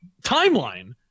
timeline